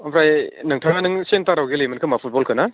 ओमफ्राय नोंथाङा नों सेनटाराव गेलेयोमोन खोमा फुटबलखौ ना